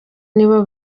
nibo